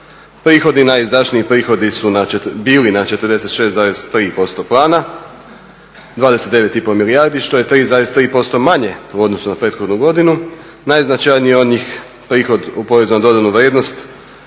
prihodi, najizdašniji prihodi su bili na 46,3% plana, 29,5 milijardi što 3,3% manje u odnosu na prethodnu godinu. Najznačajniji onaj prihod u porezu na dodanu vrijednost